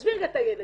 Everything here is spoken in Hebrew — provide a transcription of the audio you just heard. עזבי את הילד,